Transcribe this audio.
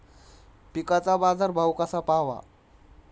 पिकांचा बाजार भाव कसा पहावा?